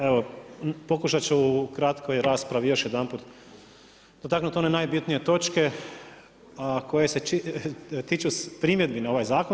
Evo pokušat ću u kratkoj raspravi još jedanput dotaknuti one najbitnije točke koje se tiču primjedbi na ovaj zakon.